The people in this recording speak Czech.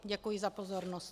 Děkuji za pozornost.